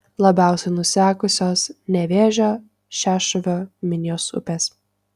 labiausiai nusekusios nevėžio šešuvio minijos upės